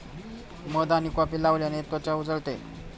मध आणि कॉफी लावल्याने त्वचा उजळते